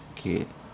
okay